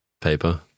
Paper